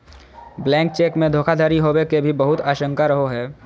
blank cheque मे धोखाधडी होवे के भी बहुत आशंका रहो हय